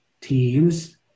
teams